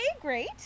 great